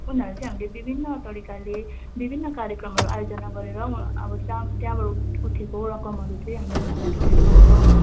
उनीहरू चाहिँ हामीले विभिन्न तरिकाले विभिन्न कार्यक्रमहरू आयोजना गरेर अब चाप त्यहाँबाट उ उठेको रकमहरू चाहिँ हामी उनीहरूलाई डोनेट गर्छौँ